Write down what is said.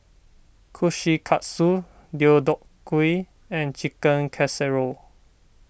Kushikatsu Deodeok Gui and Chicken Casserole